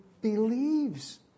believes